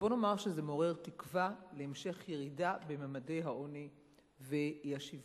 בוא נאמר שזה מעורר תקווה להמשך ירידה בממדי העוני והאי-שוויון.